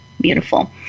Beautiful